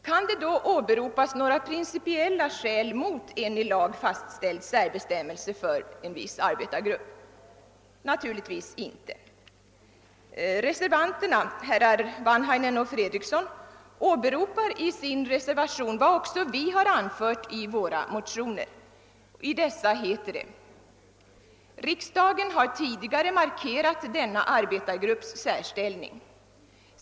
Kan det då åberopas några principiella skäl mot en i lag fastställd särbestämmelse för en viss arbetargrupp? Naturligtvis inte. Reservanterna, herrar Wanhainen och Fredriksson, åberopar i sin reservation vad också vi anfört i våra motioner. Det heter i dessa följande: »Riksdagen har tidigare markerat denna arbetsgrupps särställning.